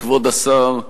כבוד השר,